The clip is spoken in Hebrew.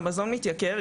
המזון מתייקר,